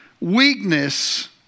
weakness